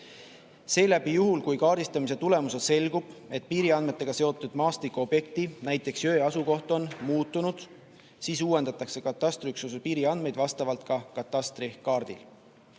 Seeläbi juhul, kui kaardistamise tulemusel selgub, et piiriandmetega seotud maastikuobjekti, näiteks jõe asukoht on muutunud, siis uuendatakse katastriüksuse piiriandmeid vastavalt ka katastrikaardil.